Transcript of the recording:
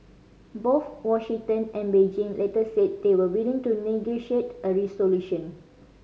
both Washington and Beijing later said they were willing to negotiate a resolution